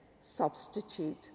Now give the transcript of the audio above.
substitute